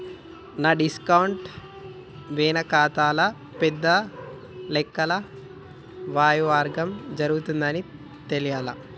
ఈ డిస్కౌంట్ వెనకాతల పెద్ద లెక్కల యవ్వారం జరగతాదని తెలియలా